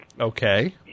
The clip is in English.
Okay